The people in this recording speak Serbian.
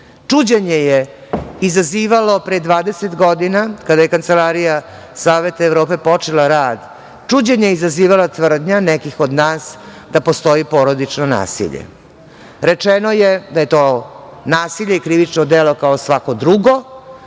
Srbiji. Čuđenje je izazivalo pre 20 godina kada je Kancelarija Saveta Evrope počela rad. Čuđenje je izazivala tvrdnja nekih od nas da postoji porodično nasilje. Rečeno je da je to nasilje i krivično delo kao svako drugo